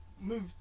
move